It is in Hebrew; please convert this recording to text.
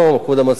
כבוד המזכיר,